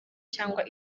cyangwa